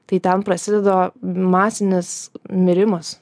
tai ten prasideda masinis mirimas